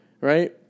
right